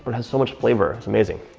but has so much flavor, it's amazing.